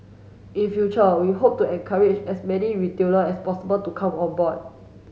in future we hope to encourage as many retailer as possible to come on board